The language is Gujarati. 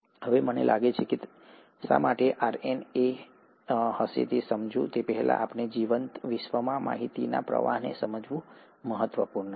હવે મને લાગે છે કે તે શા માટે આરએનએ હશે તે સમજું તે પહેલાં જીવંત વિશ્વમાં માહિતીના પ્રવાહને સમજવું મહત્વપૂર્ણ છે